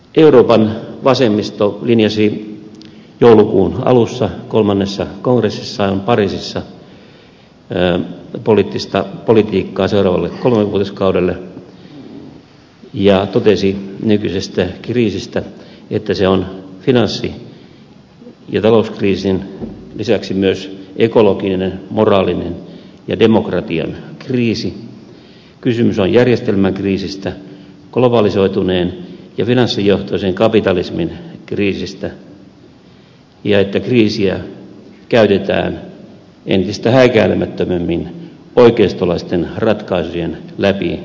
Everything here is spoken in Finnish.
euroopan vasemmisto linjasi joulukuun alussa kolmannessa kongressissaan pariisissa politiikkaa seuraavalle kolmevuotiskaudelle ja totesi nykyisestä kriisistä että se on finanssi ja talouskriisin lisäksi myös ekologinen moraalinen ja demokratian kriisi että kysymys on järjestelmäkriisistä globalisoituneen ja finanssijohtoisen kapitalismin kriisistä ja että kriisiä käytetään entistä häikäilemättömämmin oikeistolaisten ratkaisujen läpiajamiseen